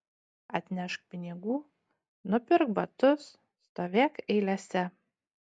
atnešk pinigų nupirk batus stovėk eilėse